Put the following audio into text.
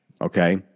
okay